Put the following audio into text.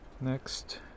Next